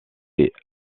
est